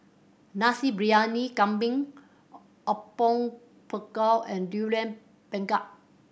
Nasi Briyani Kambing Apom Berkuah and Durian Pengat